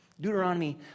Deuteronomy